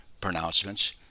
pronouncements